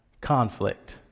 conflict